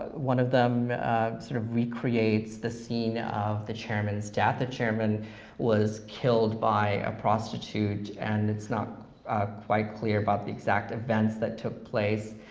one of them sort of recreates the scene of the chairman's death. the chairman was killed by a prostitute, and it's not quite clear about the exact events that took place,